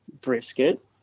brisket